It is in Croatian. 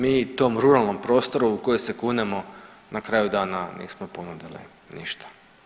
Mi tom ruralnom prostoru u koje se kunemo na kraju dana nismo ponudili ništa.